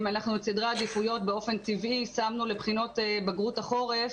אם אנחנו את סדר העדיפויות שמנו באופן טבעי לטובת בחינות בגרות החורף